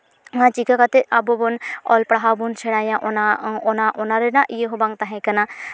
ᱪᱤᱠᱟᱹ ᱠᱟᱛᱮᱫ ᱟᱵᱚ ᱵᱚᱱ ᱚᱞ ᱯᱟᱲᱦᱟᱣ ᱵᱚᱱ ᱥᱮᱬᱟᱭᱟ ᱚᱱᱟ ᱚᱱᱟ ᱚᱱᱟ ᱨᱮᱱᱟᱜ ᱤᱭᱟᱹ ᱦᱚᱸ ᱵᱟᱝ ᱛᱟᱦᱮᱸ ᱠᱟᱱᱟ